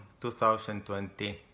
2020